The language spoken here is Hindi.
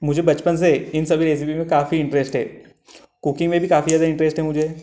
मुझे बचपन से इन सभी रेसिपी में काफ़ी इंटरेस्ट है कुकिंग में भी काफ़ी ज़्यादा इंटरेस्ट है मुझे